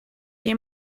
they